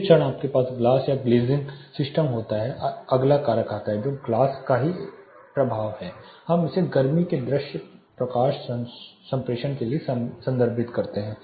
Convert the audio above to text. जिस क्षण आपके पास ग्लास या ग्लेज़िंग सिस्टम होता है अगला कारक आता है जो ग्लास का ही प्रभाव है हम इसे गर्मी में दृश्य प्रकाश संप्रेषण के लिए संदर्भित करते हैं